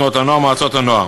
תנועות הנוער ומועצות הנוער.